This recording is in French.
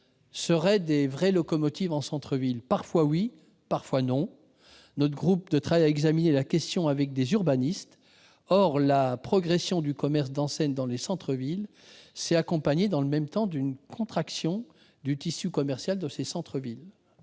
seraient de vraies locomotives en centre-ville. C'est parfois vrai et parfois faux : notre groupe de travail a examiné la question avec des urbanistes. Or la progression du commerce d'enseigne dans les centres-villes s'est accompagnée, dans le même temps, d'une contraction du tissu commercial et d'une progression